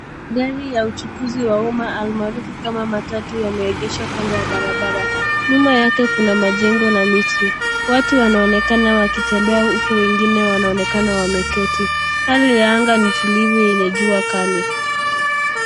Gari ya uchukuzi wa umma al maarufu kama matatu yameegeshwa kando ya barabara. nyuma yake kuna majengo na miti. Watu wanaonekana wakitembea huku wengine wanaonekana wameketi, Hali ya anga ni tulivu yenye jua Kali.